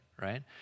Right